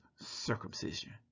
circumcision